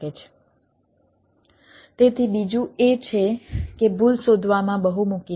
તેથી બીજું એ છે કે ભૂલ શોધવામાં બહુમુખી નથી